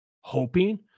hoping